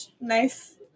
nice